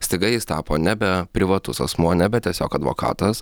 staiga jis tapo nebe privatus asmuo nebe tiesiog advokatas